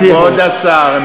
כבוד השר,